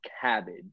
cabbage